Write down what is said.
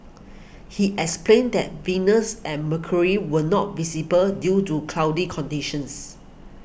he explained that Venus and Mercury were not visible due to cloudy conditions